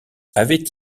avaient